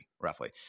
roughly